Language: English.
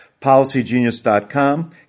policygenius.com